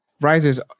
rises